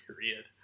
Period